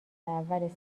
اول